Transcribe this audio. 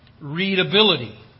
readability